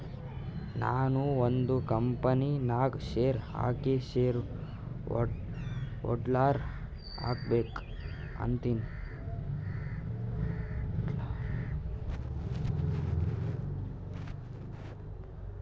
ನಾನು ಒಂದ್ ಕಂಪನಿ ನಾಗ್ ಶೇರ್ ಹಾಕಿ ಶೇರ್ ಹೋಲ್ಡರ್ ಆಗ್ಬೇಕ ಅಂತೀನಿ